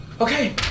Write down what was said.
Okay